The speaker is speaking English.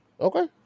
Okay